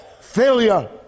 failure